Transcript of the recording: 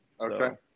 Okay